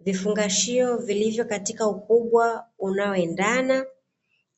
Vifungashio vilivyo katika ukubwa unaoendena,